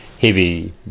heavy